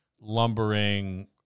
lumbering